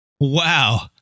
wow